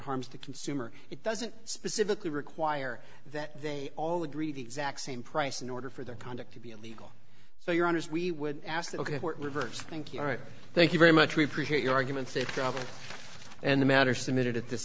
harms the consumer it doesn't specifically require that they all agree the exact same price in order for their conduct to be illegal so your owners we would ask that ok reverse thank you all right thank you very much we appreciate your arguments a problem and the matter submitted at this